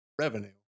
revenue